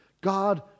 God